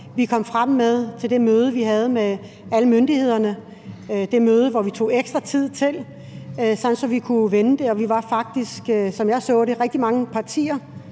vi kom frem til på det møde, vi havde med alle myndighederne. Det var det møde, som vi tog os ekstra tid til, sådan at vi kunne vende det. Vi var faktisk, sådan som jeg så det, rigtig mange partier